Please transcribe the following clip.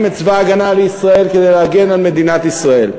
את צבא הגנה לישראל כדי להגן על מדינת ישראל.